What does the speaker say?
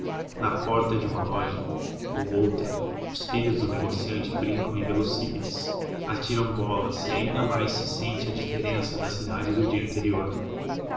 na porta de uma loja ou outra os filhos do negociante brincam em velocípedes atiram bolas e ainda mais se sente a diferença da cidade no dia anterior